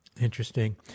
Interesting